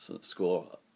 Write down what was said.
score